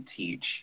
teach